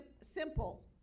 simple